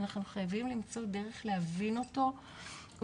אנחנו חייבים למצוא דרך להבין אותו ולתרגם